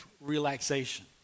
relaxation